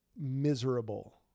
miserable